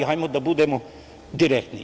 Hajde da budemo direktni.